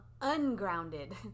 ungrounded